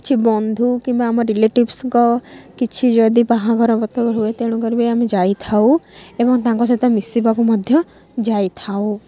କିଛି ବନ୍ଧୁ କିମ୍ବା ଆମ ରିଲେଟିଭସ୍ଙ୍କ କିଛି ଯଦି ବାହାଘରପତ୍ର ହୁଏ ତେଣୁକରି ବି ଆମେ ଯାଇଥାଉ ଏବଂ ତାଙ୍କ ସହିତ ମିଶିବାକୁ ମଧ୍ୟ ଯାଇଥାଉ